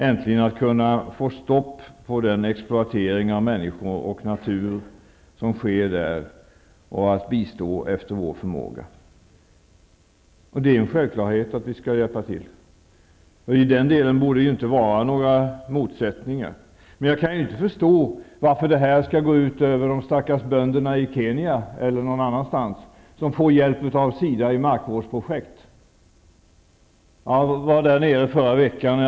Äntligen har det blivit möjligt att få stopp på den exploatering av människor och natur som sker i nämnda del av världen och att bistå efter vår förmåga. Det är en självklarhet att vi skall hjälpa till. I den delen borde det inte finnas några motsättningar. Men jag kan inte förstå varför det skall behöva gå ut över de stackars bönder i t.ex. Kenya som får hjälp av SIDA när det gäller markvårdsprojekt. Förra veckan var jag på besök där nere.